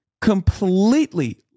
completely